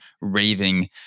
raving